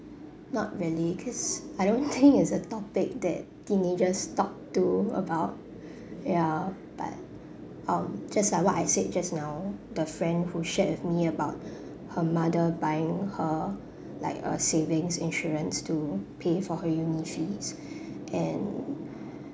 not really cause I don't think is topic that teenagers talk to about ya but um just like what I said just now the friend who shared with me about her mother buying her like a savings insurance to pay for her uni fees and